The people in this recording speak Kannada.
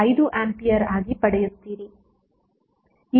5 ಆಂಪಿಯರ್ ಆಗಿ ಪಡೆಯುತ್ತೀರಿ